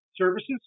services